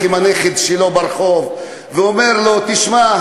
עם הנכד שלו ברחוב ואומר לו: תשמע,